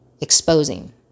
exposing